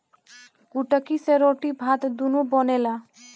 कुटकी से रोटी भात दूनो बनेला